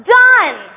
done